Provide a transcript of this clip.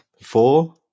Four